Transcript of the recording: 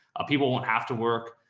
people won't have to work.